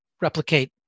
replicate